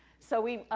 so we, um,